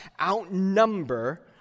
outnumber